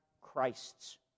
Christ's